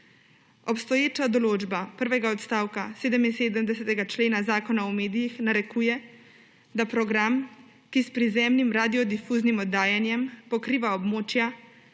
Obstoječa določba 1. odstavka 77. člena Zakona o medijih narekuje, da program, ki s prizemnim radiodifuznim oddajanjem pokriva območja,